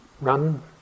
run